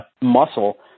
muscle